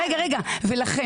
ולכן